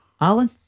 Alan